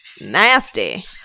Nasty